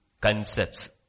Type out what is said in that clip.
concepts